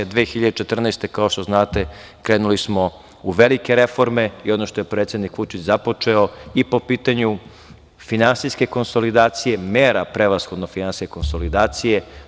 Godine 2014, kao što znate, krenuli smo u velike reforme i ono što je predsednik Vučić započeo i po pitanju finansijske konsolidacije, mera prevashodno finansijske konsolidacije.